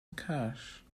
cash